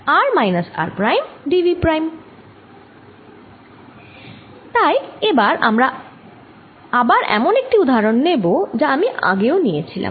তাই এবার আবার এমন একটি উদাহরন নেব যা আমি আগেও নিয়েছিলাম